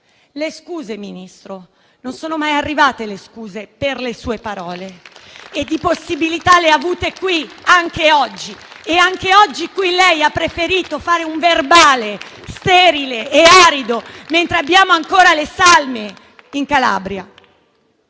Ebbene, Ministro, non sono mai arrivate le scuse per le sue parole. E di possibilità ne ha avute anche oggi e anche oggi lei ha preferito fare un verbale sterile e arido, mentre ci sono ancora le salme in Calabria.